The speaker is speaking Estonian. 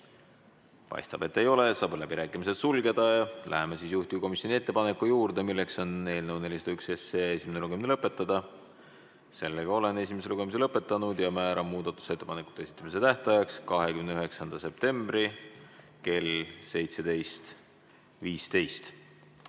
Paistab, et ei ole. Saab läbirääkimised sulgeda. Läheme juhtivkomisjoni ettepaneku juurde, milleks on eelnõu 401 esimene lugemine lõpetada. Oleme esimese lugemise lõpetanud. Määran muudatusettepanekute esitamise tähtajaks 29. septembri kell 17.15.